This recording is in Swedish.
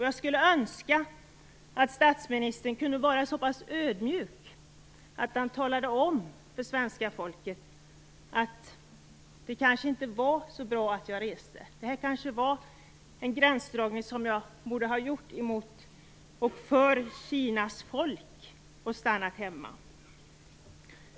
Jag skulle önska att statsministern kunde vara så pass ödmjuk att han sade till svenska folket: Det var kanske inte så bra att jag reste. Jag borde kanske ha gjort en gränsdragning här för Kinas folk och stannat hemma.